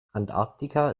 antarktika